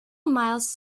miles